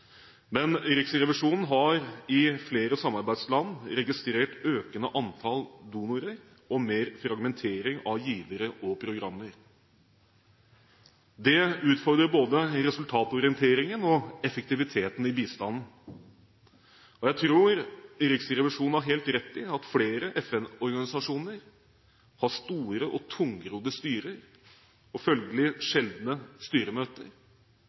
Men Riksrevisjonen har i flere samarbeidsland registrert økende antall donorer og mer fragmentering av givere og programmer. Det utfordrer både resultatorienteringen og effektiviteten i bistanden. Jeg tror Riksrevisjonen har helt rett i at flere FN-organisasjoner har store og tungrodde styrer og følgelig sjeldne styremøter.